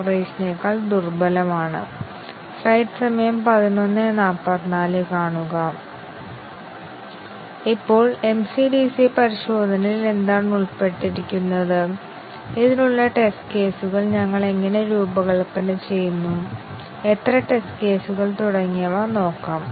അതിനാൽ അതാണ് ഏറ്റവും ശക്തമായ ടെസ്റ്റിങ് എന്നാൽ ഈ കണ്ടിഷൻ ടെസ്റ്റിങ് രീതികളുടെ പോരായ്മകൾ എന്താണെന്ന് നമുക്ക് നോക്കാം